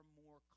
more